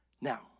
Now